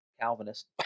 Calvinist